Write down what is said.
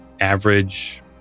average